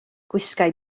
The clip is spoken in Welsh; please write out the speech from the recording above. gwisgai